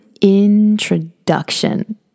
introduction